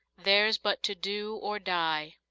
theirs but to do or die.